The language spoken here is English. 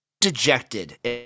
dejected